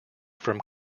from